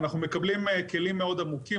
אנחנו מקבלים כלים מאוד עמוקים,